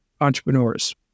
entrepreneurs